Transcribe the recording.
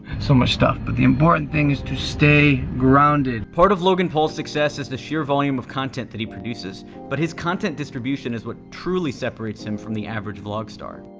so much stuff, but the important thing is to stay grounded part of logan paul's success is the sheer volume of content that he produces. but his content distribution is what truly separates him from the average vlog star.